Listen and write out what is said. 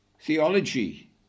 theology